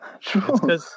true